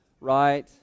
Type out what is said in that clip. right